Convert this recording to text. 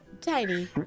tiny